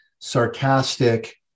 sarcastic